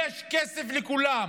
יש כסף לכולם.